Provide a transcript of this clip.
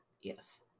Yes